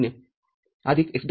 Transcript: F०१ x